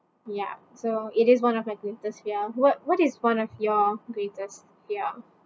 ya so it is one of my greatest fear what what is one of your greatest ya